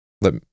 Let